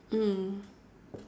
mm